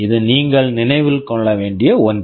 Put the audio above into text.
இது நீங்கள் நினைவில் கொள்ள வேண்டிய ஒன்று